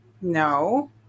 No